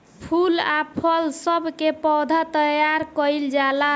फूल आ फल सब के पौधा तैयार कइल जाला